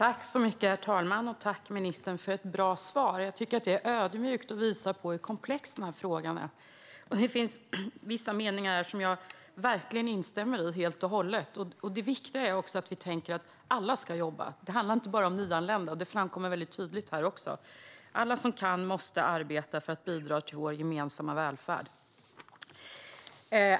Herr talman! Tack, ministern för ett bra svar! Jag tycker att det är ödmjukt och visar på hur komplex denna fråga är. Det finns vissa delar i svaret som jag verkligen instämmer i helt och hållet. Det viktiga är att vi tänker att alla ska jobba. Det handlar inte bara om nyanlända, vilket framkommer väldigt tydligt i ministerns svar. Alla som kan måste arbeta för att bidra till vår gemensamma välfärd.